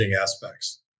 aspects